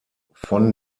von